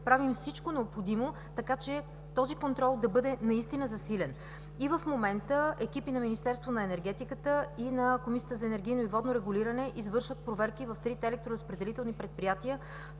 правим всичко необходимо, така че този контрол да бъде наистина засилен. И в момента екипи на Министерството на енергетиката и на Комисията за енергийно и водно регулиране извършват проверки в трите електроразпределителни предприятия